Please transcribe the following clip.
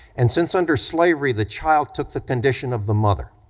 and since under slavery the child took the condition of the mother,